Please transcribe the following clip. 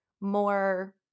more